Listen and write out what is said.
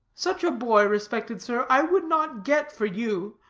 such a boy, respected sir, i would not get for you,